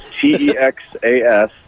T-E-X-A-S